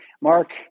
Mark